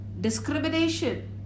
discrimination